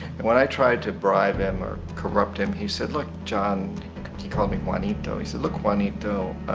and when i tried to bribe him or corrupt him, he said look, john he called me juanito he said look juanito,